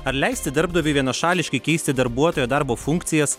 ar leisti darbdaviui vienašališkai keisti darbuotojo darbo funkcijas